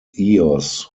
eos